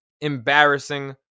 embarrassing